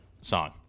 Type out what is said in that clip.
song